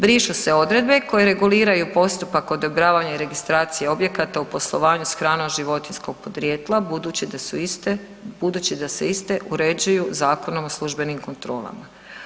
Brišu se odredbe koje reguliraju postupak odobravanja i registracije objekata u poslovanju s hranom životinjskog podrijetla, budući da se iste uređuju Zakonom o službenim kontrolama.